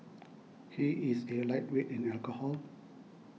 he is a lightweight in alcohol